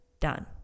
done